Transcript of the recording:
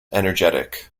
energetic